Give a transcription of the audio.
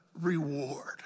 reward